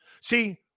See